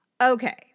Okay